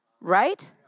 Right